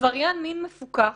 על עבריין מין מפוקח,